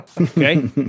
Okay